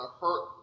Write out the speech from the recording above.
hurt